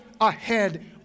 ahead